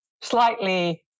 slightly